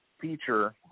feature